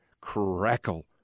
Crackle